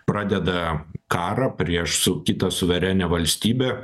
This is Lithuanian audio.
pradeda karą prieš su kita suverenia valstybe